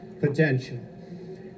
potential